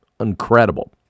incredible